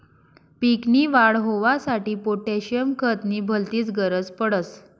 पीक नी वाढ होवांसाठी पोटॅशियम खत नी भलतीच गरज पडस